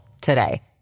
today